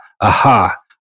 aha